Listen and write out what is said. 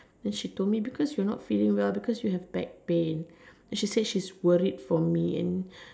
then she told me because you're not feeling well because you have back pain then she said she's worried for me and